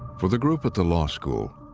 for the group at the law school,